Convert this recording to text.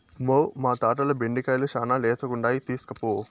మ్మౌ, మా తోటల బెండకాయలు శానా లేతగుండాయి తీస్కోపో